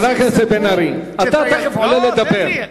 חבר הכנסת בן-ארי, אתה תיכף עולה לדבר.